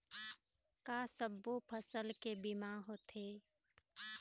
का सब्बो फसल के बीमा होथे?